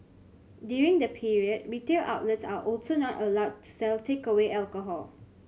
during the period retail outlets are also not allowed to sell takeaway alcohol